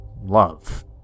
love